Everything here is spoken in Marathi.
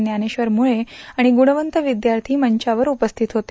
ज्ञानेश्वर मुळे आणि गुणवंत विद्यार्थी मंचावर उपस्थित होते